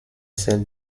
celle